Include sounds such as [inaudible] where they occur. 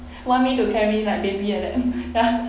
want me to carry like baby like that [laughs] ya